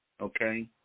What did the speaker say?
Okay